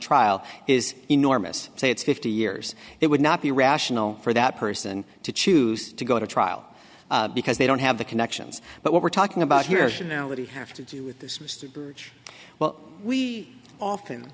trial is enormous say it's fifty years it would not be rational for that person to choose to go to trial because they don't have the connections but what we're talking about here is now what you have to do with this mr burch well we